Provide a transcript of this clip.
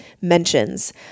mentions